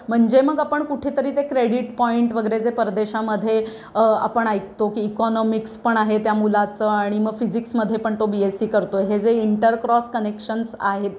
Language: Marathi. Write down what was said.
म्हणजे मग आपण कुठेतरी ते क्रेडिट पॉईंट वगैरे जे परदेशामध्ये आपण ऐकतो की इकॉनॉमिक्स पण आहे त्या मुलाचं आणि मग फिजिक्समध्ये पण तो बी एस सी करतो हे जे इंटरक्रॉस कनेक्शन्स आहेत